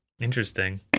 Interesting